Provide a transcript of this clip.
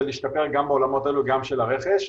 להשתפר גם בעולמות האלה גם של הרכש,